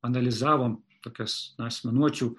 analizavom tokias na asmenuočių